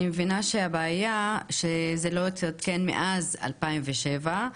אני מבינה שהבעיה שזה לא התעדכן מאז 2007,